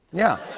yeah.